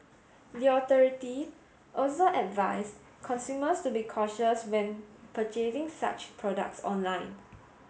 the authority also advised consumers to be cautious when purchasing such products online